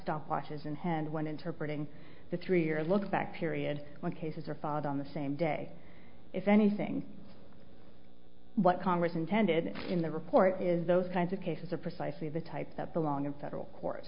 stopwatches in hand when interpreting the three year lookback period when cases are followed on the same day if anything what congress intended in the report is those kinds of cases are precisely the type that belong in federal court